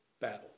battle